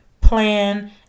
plan